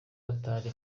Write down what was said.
atari